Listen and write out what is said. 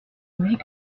oublies